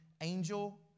angel